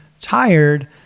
tired